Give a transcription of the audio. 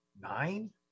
nine